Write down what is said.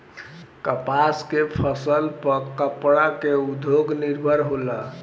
कपास के फसल पर कपड़ा के उद्योग निर्भर होला